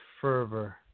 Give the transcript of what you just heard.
fervor